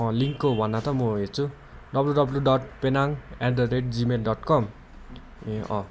लिङ्कको भन त म हेर्छु W W dot Penang at the rate gmail dot com ए अँ